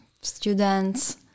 students